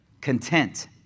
Content